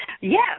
Yes